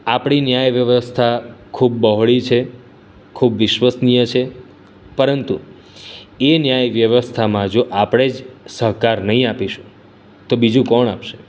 આપણી ન્યાય વ્યવસ્થા ખૂબ બહોળી છે ખૂબ વિશ્વસનીય છે પરંતુ એ ન્યાય વ્યવસ્થામાં જો આપણે જ સહકાર નહીં આપીશું તો બીજું કોણ આપશે